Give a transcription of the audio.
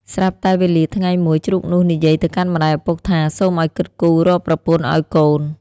ស្រាប់តែវេលាថ្ងៃមួយ ជ្រូកនោះនិយាយទៅកាន់ម្ដាយឪពុកថា សូមឱ្យគិតគូររកប្រពន្ធឱ្យខ្លួន។